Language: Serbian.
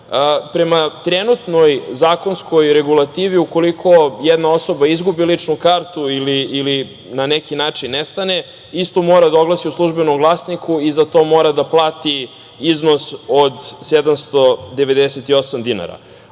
trenutnoj zakonskoj regulativi ukoliko jedna osoba izgubi ličnu kartu, ili na neki način nestane, istu mora da oglasi u Službenom Glasniku i za to mora da plati iznos od 798 dinara.